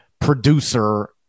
producer